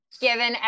Given